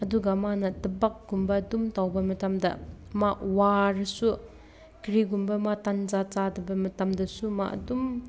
ꯑꯗꯨꯒ ꯃꯥꯅ ꯊꯕꯛꯀꯨꯝꯕ ꯑꯗꯨꯝ ꯇꯧꯕ ꯃꯇꯝꯗ ꯃꯥ ꯋꯥꯔꯁꯨ ꯀꯔꯤꯒꯨꯝꯕ ꯃꯥ ꯇꯟꯖꯥ ꯆꯥꯗꯕ ꯃꯇꯝꯗꯨꯁꯨ ꯃꯥ ꯑꯗꯨꯝ